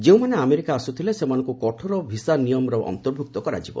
ଯେଉଁମାନେ ଆମେରିକା ଆସୁଥିଲେ ସେମାନଙ୍କୁ କଠୋର ଭିସା ନିୟମର ଅନ୍ତର୍ଭୁକ୍ତ କରାଯିବ